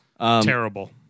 Terrible